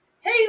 Hey